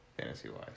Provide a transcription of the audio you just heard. fantasy-wise